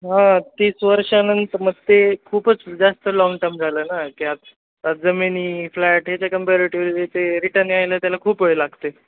हां तीस वर्षानंत मग ते खूपच जास्त लाँग टम झालं ना की आ जमिनी फ्लॅट हेच्या कम्पेरेटिव्हली ते रिटर्न यायलं त्याला खूप वेळ लागते